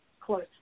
close